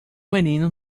menino